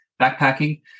backpacking